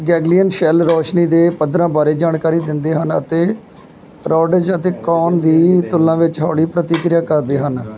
ganglion cell ਰੋਸ਼ਨੀ ਦੇ ਪੱਧਰਾਂ ਬਾਰੇ ਜਾਣਕਾਰੀ ਦਿੰਦੇ ਹਨ ਅਤੇ ਰੌਡਜ਼ ਅਤੇ ਕੋਨ ਦੀ ਤੁਲਨਾ ਵਿੱਚ ਹੌਲੀ ਪ੍ਰਤੀਕ੍ਰਿਆ ਕਰਦੇ ਹਨ